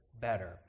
better